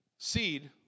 Seed